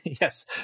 Yes